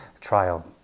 trial